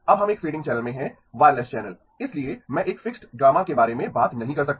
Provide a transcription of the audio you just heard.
अब हम एक फ़ेडिंग चैनल में हैं वायरलेस चैनल इसलिए मैं एक फिक्स्ड गामा के बारे में बात नहीं कर सकता